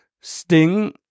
Sting